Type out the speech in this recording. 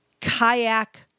kayak